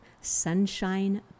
sunshine